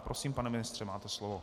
Prosím, pane ministře, máte slovo.